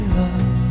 love